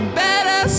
better